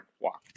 walk